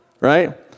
right